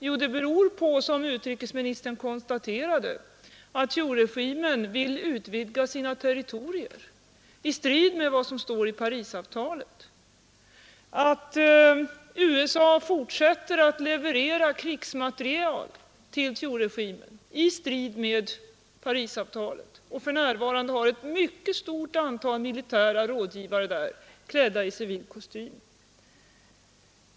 Jo, det beror — som utrikesministern konstaterade — på att Thieuregimen vill utvidga sina territorier i strid med vad som står i Parisavtalet, det beror på att USA fortsätter att leverera krigsmateriel till Thieuregimen i strid med Parisavtalet och för närvarande har ett mycket stort antal militära rådgivare där, klädda i civil kostym.